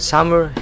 Summer